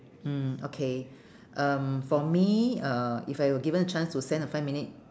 mm okay um for me uh if I were given a chance to send a five minute